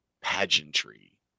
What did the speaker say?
pageantry